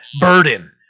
burden